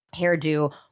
hairdo